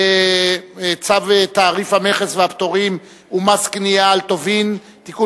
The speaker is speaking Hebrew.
צו תעריף המכס והפטורים ומס קנייה על טובין (תיקון